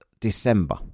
December